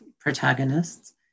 protagonists